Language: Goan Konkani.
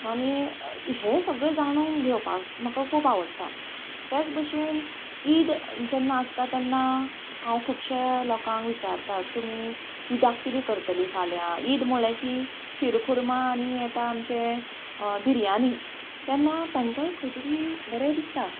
आनी हें सगळें जाणून घेवपाक म्हाका खूब आवडटा त्याच भशेन ईद जेन्ना आसता तेन्ना हांव खुबशे लोकांक विचारतातं तुमी ईदाक किदें करतली फाल्यां ईद म्हळ्या की शिरखुर्मा आनी येता आमचे बिर्याणी तेन्ना तेंकांय खंय तरी बरें दिसता